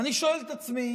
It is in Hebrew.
ואני שואל את עצמי